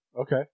Okay